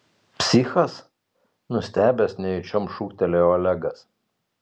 psichas nustebęs nejučiom šūktelėjo olegas